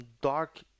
dark